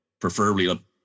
Preferably